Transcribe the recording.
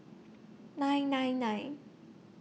nine nine nine